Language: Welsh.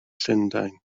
llundain